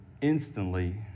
instantly